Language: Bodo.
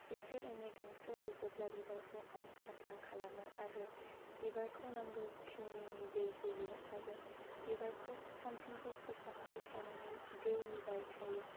एसे एनै गांसो रज'ब्ला बिबारखौ आं साफा खालामो आरो बिबारखौ नांगौ खिनिनि दै होयो आरो बिबारखौ सानफ्रोमबो फोसाब्बाय थानानै दै लुबाय थायो